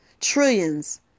trillions